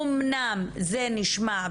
אמנם זה נשמע,